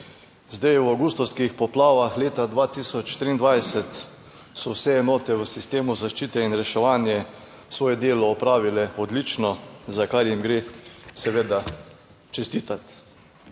Zdaj v avgustovskih poplavah leta 2023 so vse enote v sistemu zaščite in reševanja svoje delo opravile odlično, za kar jim gre seveda čestitati.